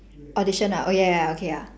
audition ah oh ya ya okay ya